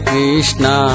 Krishna